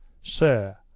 sir